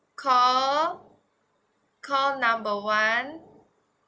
call call number one